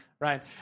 Right